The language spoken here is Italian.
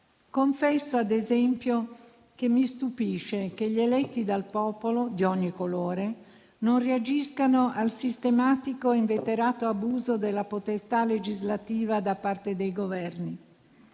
Confesso, ad esempio, che mi stupisce che gli eletti dal popolo (di ogni colore) non reagiscano al sistematico e inveterato abuso della potestà legislativa da parte dei Governi,